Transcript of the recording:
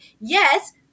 yes